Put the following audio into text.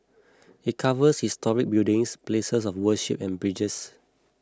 it covers historic buildings places of worship and bridges